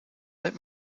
let